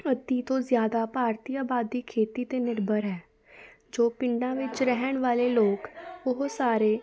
ਅੱਧੀ ਤੋਂ ਜ਼ਿਆਦਾ ਭਾਰਤੀ ਆਬਾਦੀ ਖੇਤੀ 'ਤੇ ਨਿਰਭਰ ਹੈ ਜੋ ਪਿੰਡਾਂ ਵਿੱਚ ਰਹਿਣ ਵਾਲੇ ਲੋਕ ਉਹ ਸਾਰੇ